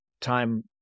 time